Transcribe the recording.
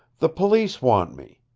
the police want me.